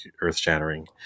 earth-shattering